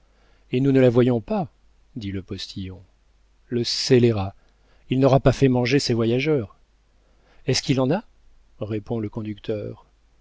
et nous ne la voyons pas dit le postillon le scélérat il n'aura pas fait manger ses voyageurs est-ce qu'il en a répond le conducteur